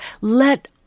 Let